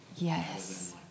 Yes